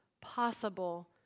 possible